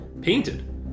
painted